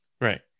Right